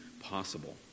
possible